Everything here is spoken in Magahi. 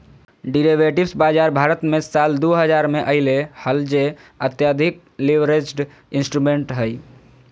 डेरिवेटिव्स बाजार भारत मे साल दु हजार मे अइले हल जे अत्यधिक लीवरेज्ड इंस्ट्रूमेंट्स हइ